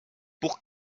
pour